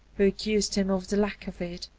who accused him of the lack of it.